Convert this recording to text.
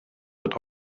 wird